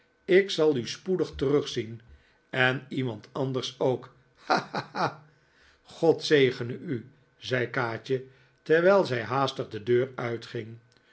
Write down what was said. ik zal u spoedig terugzien en iemand anders ook ha ha ha god zegene u zei kaatje terwijl zij haastig de deur uitging